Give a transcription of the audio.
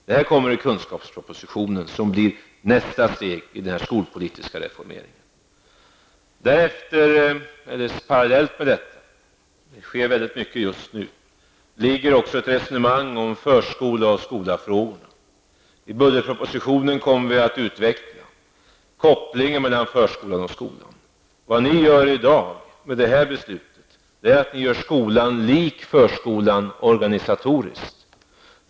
Detta kommer in i kunskapspropositionen, som blir nästa steg i den skolpolitiska reformeringen. Det sker mycket just nu. Parallellt finns också ett resonemang om förskola och skola. I budgetpropositionen kommer vi att utveckla kopplingen mellan förskolan och skolan. Genom beslutet i dag kommer ni att göra skolan lik förskolan organisatoriskt.